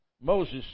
Moses